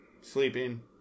sleeping